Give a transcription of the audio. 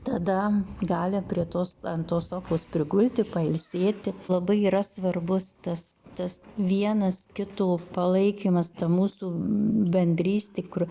tada gali prie tos ant tos sofos prigulti pailsėti labai yra svarbus tas tas vienas kito palaikymas ta mūsų bendrystė kur